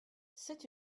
c’est